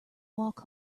walk